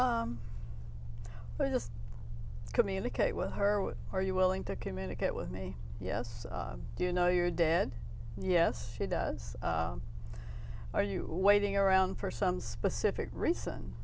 but i just communicate with her with are you willing to communicate with me yes i do know you're dead yes she does are you waiting around for some specific reason